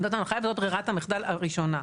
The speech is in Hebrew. זאת ההנחיה וזו ברירת המחדל הראשונה.